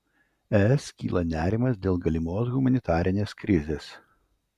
es kyla nerimas dėl galimos humanitarinės krizės